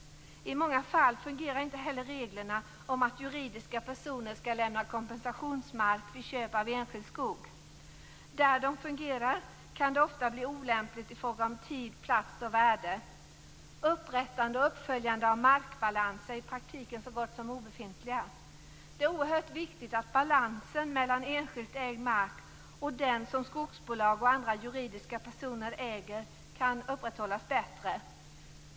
I många fall fungerar inte heller reglerna om att juridiska personer skall lämna kompensationsmark vid köp av enskild skog. Där reglerna fungerar kan det ofta bli olämpligt i fråga om tid, plats och värde. Upprättande och uppföljning av markbalanser är i praktiken så gott som obefintliga. Det är oerhört viktigt att balansen mellan enskilt ägd mark och den som skogsbolag och andra juridiska personer äger kan upprätthållas bättre.